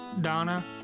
Donna